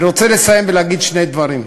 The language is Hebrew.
אני רוצה לסיים ולהגיד שני דברים.